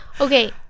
Okay